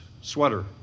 sweater